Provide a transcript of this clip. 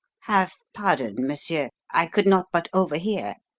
have pardon, monsieur i could not but overhear,